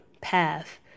path